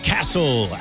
Castle